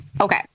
Okay